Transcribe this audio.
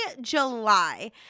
July